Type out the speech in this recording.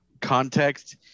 context